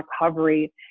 recovery